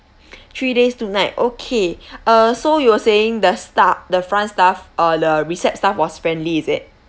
three days two night okay uh so you were saying the staff the front staff uh the recept staff was friendly is it